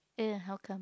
!uh! how come